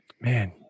man